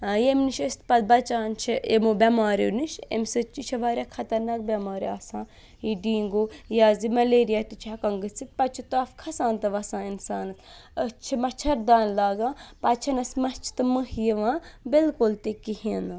ییٚمہِ نِش أسۍ پَتہٕ بَچان چھِ اِمو بٮ۪ماریوٚ نِش اَمہِ سۭتۍ یہِ چھِ واریاہ خطرناک بٮ۪مٲرۍ آسان یہِ ڈیٖنگوٗ یہِ حظ یہِ مَلیریا تہِ چھُ ہٮ۪کان گٔژھِتھ پَتہٕ چھُ تَپھ کھَسان تہٕ وَسان اِنسانَس أسۍ چھِ مَچھَر دانہِ لاگان پَتہٕ چھِنہٕ اَسہِ مَچھِ تہٕ مٔہے یِوان بالکل تہِ کِہینۍ نہٕ